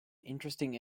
interesting